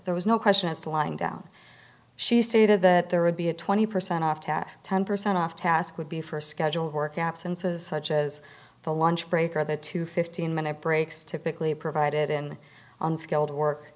there was no question as to lying down she stated that there would be a twenty percent off task ten percent off task would be for a schedule of work absences such as the lunch break or the two fifteen minute breaks typically provided in unskilled work